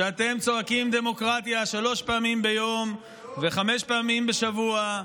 שצועקים דמוקרטיה שלוש פעמים ביום וחמש פעמים בשבוע,